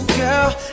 girl